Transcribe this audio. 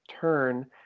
turn